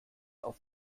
auf